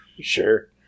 Sure